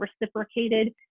reciprocated